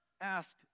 Asked